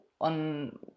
on